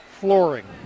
flooring